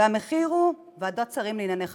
והמחיר הוא, ועדת שרים לענייני חקיקה,